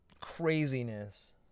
craziness